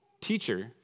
Teacher